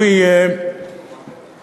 הוא יהיה רווחי.